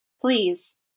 please